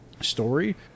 story